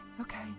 okay